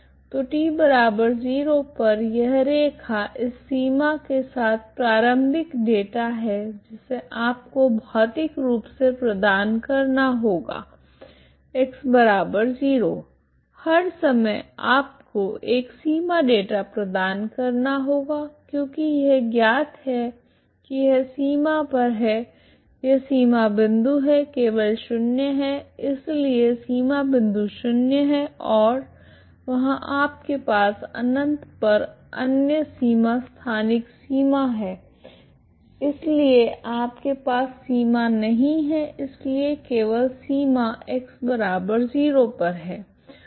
तो t 0 पर यह रेखा इस सीमा के साथ प्रारंभिक डेटा है जिसे आपको भौतिक रूप से प्रदान करना होगा x 0 हर समय आपको एक सीमा डेटा प्रदान करना होगा क्योंकि यह ज्ञात है कि यह सीमा पर है यह सीमा बिंदु है केवल शून्य है इसलिए सीमा बिंदु शून्य है और वहां आपके पास अनंत पर अन्य सीमा स्थानिक सीमा है इसलिए आपके पास सीमा नहीं है इसलिए केवल सीमा x 0 पर है